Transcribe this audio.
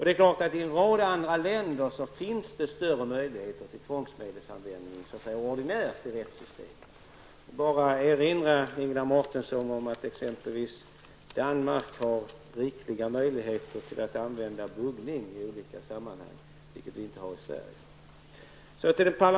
Det är klart att det i en rad andra länder finns större möjligheter till tvångsmedelsanvändning, ordinärt i rättssystemet. Jag vill bara erinra Ingela Mårtensson om att man i exempelvis Danmark har rikliga möjligheter att använda buggning i olika sammanhang, vilket vi i Sverige inte har.